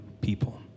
people